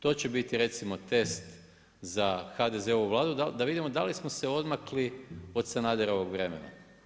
To će biti recimo test za HDZ-ovu vladu, da vidimo da li smo se odmakli od Sandalovog vremena.